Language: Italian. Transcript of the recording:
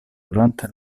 durante